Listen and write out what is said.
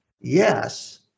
yes